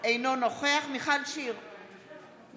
אינו נוכח מיכל שיר סגמן,